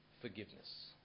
forgiveness